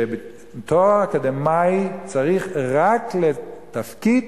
ושתואר אקדמי צריך רק לתפקיד